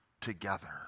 together